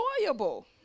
enjoyable